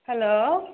hello